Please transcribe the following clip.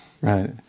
right